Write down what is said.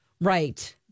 right